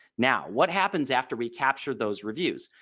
now what happens after recapture those reviews?